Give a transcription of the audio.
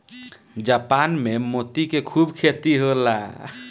Japan में मोती के खूब खेती होला